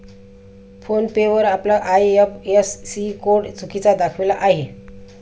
phone पे वर आपला IFSC code चुकीचा दाखविला आहे